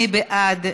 מי בעד?